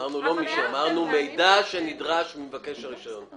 אמרנו "בעניין מידע שנדרש ממבקש הרישיון".